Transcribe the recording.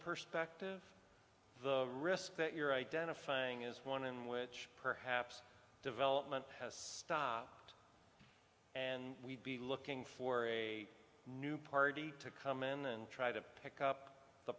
perspective the risk that you're identifying is one in which perhaps development has stopped and we'd be looking for a new party to come in and try to pick up the